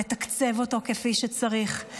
לתקצב אותו כפי שצריך,